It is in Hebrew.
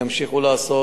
ימשיכו לעשות.